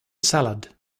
salad